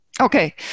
Okay